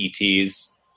ETs